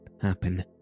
happen